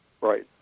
Right